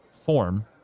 form